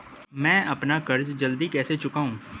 मैं अपना कर्ज जल्दी कैसे चुकाऊं?